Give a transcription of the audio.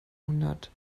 hundert